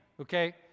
okay